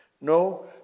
No